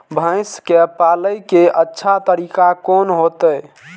भैंस के पाले के अच्छा तरीका कोन होते?